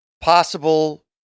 possible